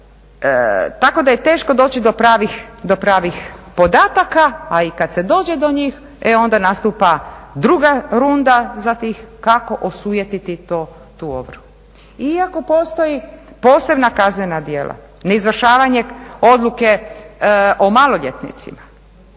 tako da je teško doći do pravih podataka a i kad se dođe do njih onda nastupa druga runda, kako osujetiti tu ovrhu. Iako postoje posebna kaznena djela, neizvršavanje odluke o maloljetnicima,